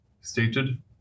stated